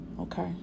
okay